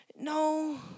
No